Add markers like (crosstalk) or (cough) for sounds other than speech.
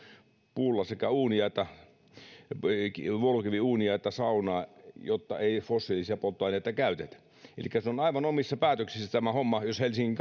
puulla sekä vuolukiviuunia että saunaa jotta ei fossiilisia polttoaineita käytetä elikkä tämä homma on aivan omissa päätöksissä jos helsingin (unintelligible)